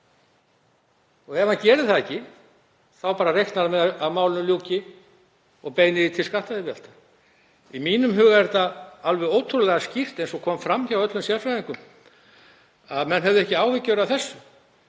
Ef hann gerir það ekki þá reiknar hann bara með að málinu ljúki og beinir því til skattyfirvalda. Í mínum huga er þetta alveg ótrúlega skýrt, eins og kom fram hjá öllum sérfræðingum, menn höfðu ekki áhyggjur af þessu.